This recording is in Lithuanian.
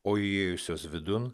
o įėjusios vidun